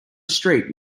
street